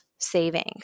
savings